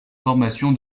formation